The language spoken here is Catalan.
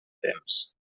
temps